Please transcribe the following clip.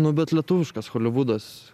nu bet lietuviškas holivudas